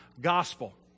gospel